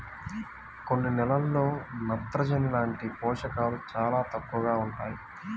కొన్ని నేలల్లో నత్రజని లాంటి పోషకాలు చాలా తక్కువగా ఉంటాయి